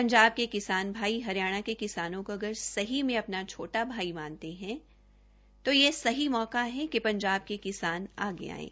पंजाब के किसान भाई हरियाणा के किसानों को अगर सही में अपना छोटा भाई मानते हैं तो यह सही मौका है कि पंजाब के किसान आगे आएं